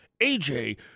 AJ